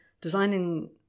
designing